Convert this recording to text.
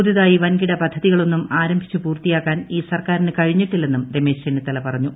പുതുതായി വൻകിട പദ്ധതികളൊന്നും ആരംഭിച്ചു പൂർത്തിയാക്കാൻ ഈ സർക്കാരിന് കഴിഞ്ഞിട്ടില്ലെന്നും രമേശ് ചെന്നിത്തല പറഞ്ഞു